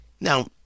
Now